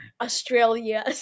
Australia